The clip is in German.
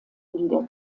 lieder